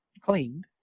cleaned